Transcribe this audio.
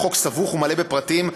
החוק סבוך ומלא בפרטים,